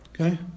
okay